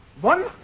One